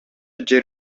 жер